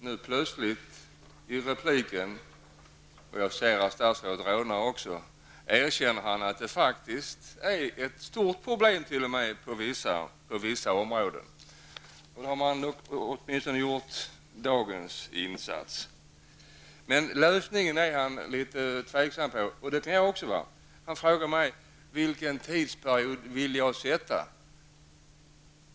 Men nu i ett inlägg erkänner statrådet att det på vissa områden t.o.m. är ett stort problem -- och jag ser nu att statsrådet också rodnar. Då har man åtminstone gjort dagens insats. Statsrådet är däremot litet osäker vad gäller lösningen på problemet, och det är jag också. Han frågar mig vilken tidsperiod jag vill sätta.